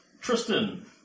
Tristan